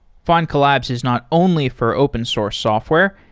findcollabs is not only for open source software.